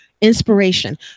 Inspiration